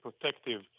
protective